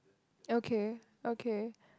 okay okay